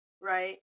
right